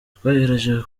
twagerageje